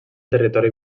territori